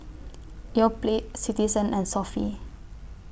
Yoplait Citizen and Sofy